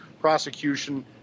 prosecution